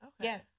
Yes